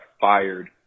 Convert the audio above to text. fired